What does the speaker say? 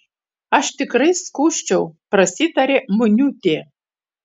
aš tikrai skųsčiau prasitarė muniūtė